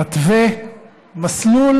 מתווה מסלול